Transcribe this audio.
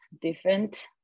different